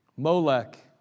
Molech